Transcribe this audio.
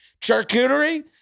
charcuterie